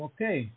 Okay